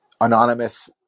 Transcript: anonymous